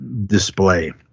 display